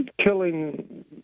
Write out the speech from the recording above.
killing